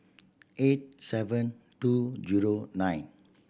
eight seven two zero nine